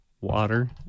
water